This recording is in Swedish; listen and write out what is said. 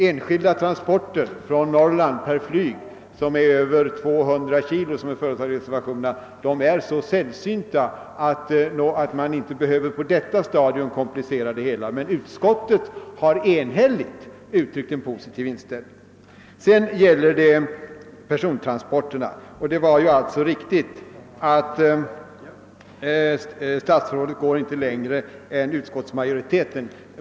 Enskilda transporter från Norrland med flyg som överstiger 200 kg, vilket är den gräns som föreslagits i reservationerna, är så sällsynta att man på detta stadium inte behöver komplicera det nya systemet. Utskottet har emellertid enhälligt uttryckt en positiv inställning. Beträffande persontransporterna var det alltså riktigt att statsrådet inte sträcker sig längre än utskottsmajoriteten.